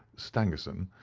stangerson,